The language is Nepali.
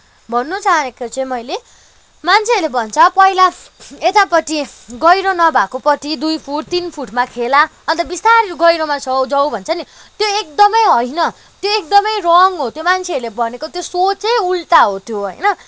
भन्नु चाहेको चाहिँ मैले मान्छेहरूले भन्छ पहिला यतापट्टि गहिरो नभएको पट्टि दुई फुट तिन फुटमा खेल अन्त बिस्तारि गहिरोमा छ जाउ भन्छ नि त्यो एकदमै होइन त्यो एकदमै रङ हो त्यो मान्छेहरूले भनेको त्यो सोचै उल्टा हो त्यो होइन